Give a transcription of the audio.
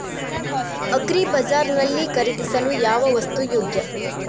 Agri bazaar ನಲ್ಲಿ ಖರೀದಿಸಲು ಯಾವ ವಸ್ತು ಯೋಗ್ಯ?